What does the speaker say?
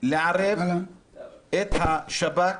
לערב את השב"כ